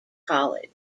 college